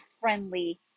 friendly